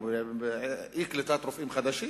או אי-קליטת רופאים חדשים,